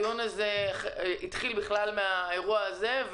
הדיון הזה התחיל בכלל מהאירוע הזה,